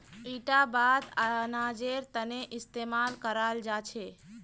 इटा बात अनाजेर तने इस्तेमाल कराल जा छे